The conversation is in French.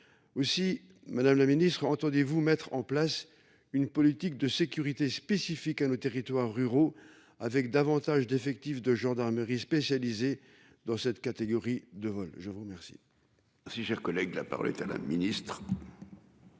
Aussi, madame la ministre, entendez-vous mettre en place une politique de sécurité spécifiques à nos territoires ruraux avec davantage d'effectifs de gendarmerie spécialisé dans cette catégorie de vol. Je vous remercie. Si cher collègue, la parole est à l'ministre.